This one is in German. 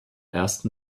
ersten